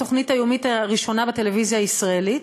התוכנית היומית הראשונה בטלוויזיה הישראלית,